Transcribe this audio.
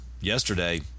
yesterday